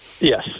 Yes